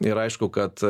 ir aišku kad